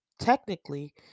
technically